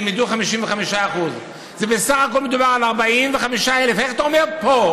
שילמדו 55% בסך הכול מדובר על 45,000. איך אתה אומר פה,